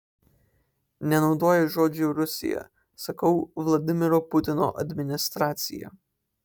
nenaudoju žodžio rusija sakau vladimiro putino administracija